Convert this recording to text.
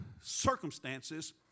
circumstances